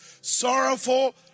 Sorrowful